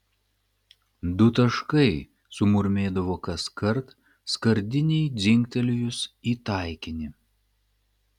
du taškai sumurmėdavo kaskart skardinei dzingtelėjus į taikinį